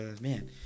man